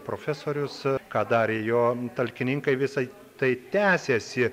profesorius ką darė jo talkininkai visai tai tęsiasi